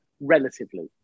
relatively